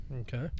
Okay